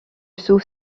sous